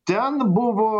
ten buvo